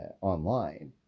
online